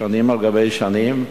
שנים על גבי שנים,